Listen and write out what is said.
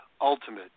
Ultimate